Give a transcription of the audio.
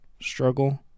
struggle